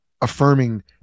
affirming